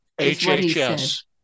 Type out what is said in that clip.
HHS